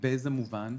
באיזה מובן?